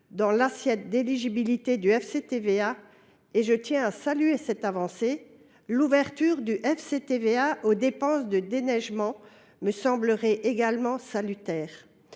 dans l’assiette d’éligibilité du FCTVA – je tiens d’ailleurs à saluer cette avancée –, l’ouverture du FCTVA aux dépenses de déneigement me semblerait également salutaire.